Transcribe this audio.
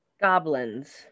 Goblins